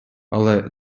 але